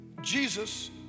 Jesus